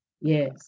Yes